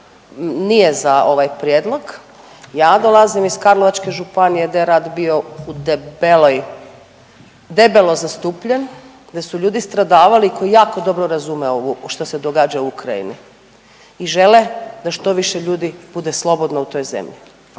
nije za ovaj prijedlog, ja dolazim iz Karlovačke županije gdje je rat bio u debeloj, debelo zastupljen gdje su ljudi stradavali koji jako dobro razume ovo što se događa u Ukrajini i žele da što više ljudi bude slobodno u toj zemlji.